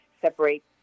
separate